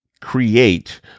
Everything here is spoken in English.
create